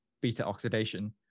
beta-oxidation